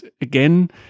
again